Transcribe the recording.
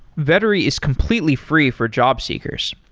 vettery is completely free for job seekers.